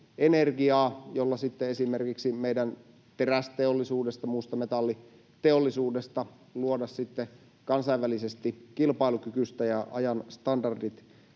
energiaa, jolla sitten esimerkiksi meidän terästeollisuudesta ja muusta metalliteollisuudesta luoda kansainvälisesti kilpailukykyistä ja ajan standardit